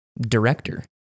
director